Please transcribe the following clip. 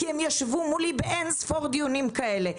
כי הם ישבו מולי באין ספור דיונים כאלה.